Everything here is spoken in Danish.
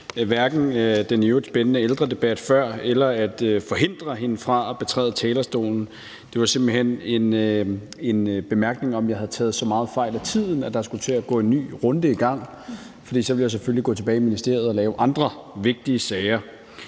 hverken den i øvrigt spændende ældredebat før eller at forhindre hende i at betræde talerstolen. Det var simpelt hen en bemærkning om, at jeg havde taget så meget fejl af tiden, at der skulle til at gå en ny runde i gang, for så ville jeg selvfølgelig gå tilbage i ministeriet og lave andre vigtige sager.